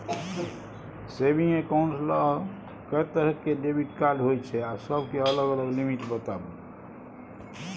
Saving accounts ल के तरह के डेबिट कार्ड होय छै आ सब के अलग अलग लिमिट बताबू?